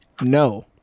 No